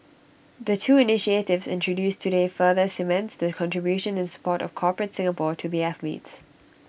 the two initiatives introduced today further cements the contribution and support of corporate Singapore to the athletes